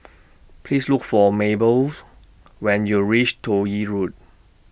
Please Look For Mabelle's when YOU REACH Toh Yi Road